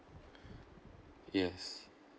yes